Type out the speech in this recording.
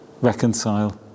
reconcile